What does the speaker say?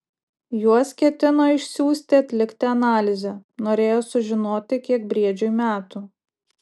juos ketino išsiųsti atlikti analizę norėjo sužinoti kiek briedžiui metų